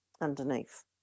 underneath